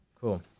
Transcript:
cool